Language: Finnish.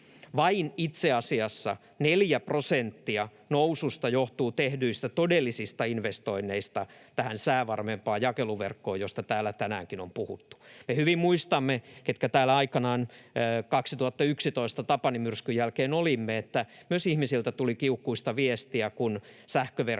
Itse asiassa vain 4 prosenttia noususta johtuu tehdyistä todellisista investoinneista tähän säävarmempaan jakeluverkkoon, josta täällä tänäänkin on puhuttu. Me hyvin muistamme — ketkä täällä aikanaan 2011 Tapani-myrskyn jälkeen olimme — että ihmisiltä tuli kiukkuista viestiä, kun sähköverkkoja